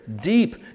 deep